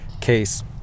case